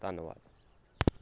ਧੰਨਵਾਦ